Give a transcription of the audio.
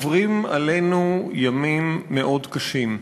עוברים עלינו ימים מאוד קשים.